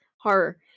horror